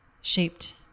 shaped